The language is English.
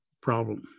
problem